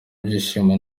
byishimo